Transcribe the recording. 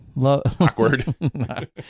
Awkward